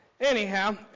Anyhow